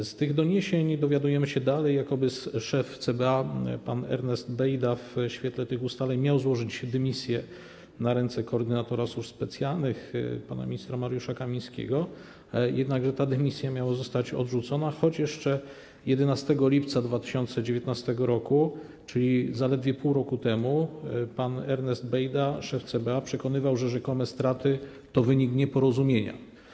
Dalej z tych doniesień dowiadujemy się, jakoby szef CBA pan Ernest Bejda w świetle tych ustaleń miał złożyć dymisję na ręce koordynatora służb specjalnych pana ministra Mariusza Kamińskiego - jednakże ta dymisja miała zostać odrzucona - choć jeszcze 11 lipca 2019 r., czyli zaledwie pół roku temu, pan Ernest Bejda, szef CBA, przekonywał, że rzekome straty to wynik nieporozumienia.